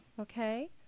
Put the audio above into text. Okay